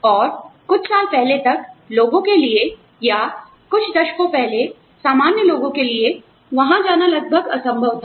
और कुछ साल पहले तक लोगों के लिए या कुछ दशकों पहले सामान्य लोगों के लिए वहाँ जाना लगभग असंभव था